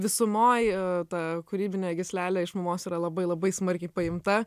visumoj ta kūrybinė gyslelė iš mamos yra labai labai smarkiai paimta